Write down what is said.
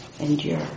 endure